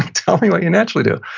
tell me what you naturally do.